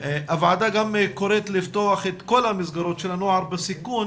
הוועדה קוראת לפתוח את כל המסגרות של נוער בסיכון